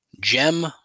gem